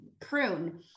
prune